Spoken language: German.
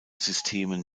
systemen